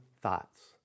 thoughts